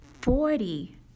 Forty